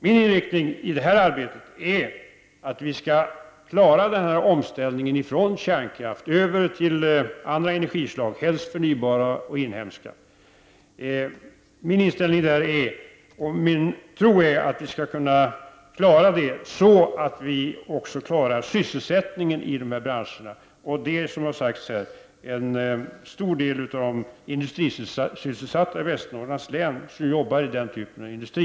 Min inriktning och tro i detta arbete är att vi skall klara omställningen från kärnkraft till andra energislag, helst förnybara och inhemska, på ett sådant sätt att vi även klarar sysselsättningen i dessa branscher. En stor del, vilket har sagts här, av de industrisysselsatta i Västernorrlands län arbetar inom denna typ av industri.